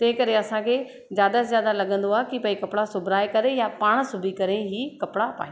तंहिं करे असांखे ज़्यादा से ज़्यादा लॻंदो आहे की भई कपिड़ा सिबराए करे या पाण सिबी करे ई कपिड़ा पायूं